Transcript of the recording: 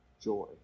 joy